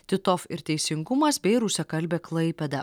titov ir teisingumas bei rusiakalbė klaipėda